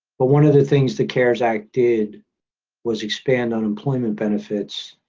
but one of the things that cares act did was expand unemployment benefits